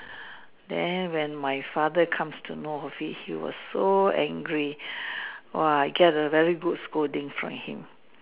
then when my father comes to know of it he was so angry !wah! I get a very good scolding from him